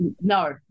no